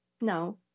No